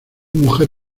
mujer